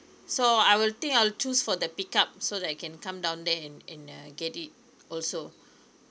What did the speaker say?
so I will think I'll choose for the pickup so that I can come down there and and uh get it also